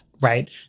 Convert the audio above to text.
right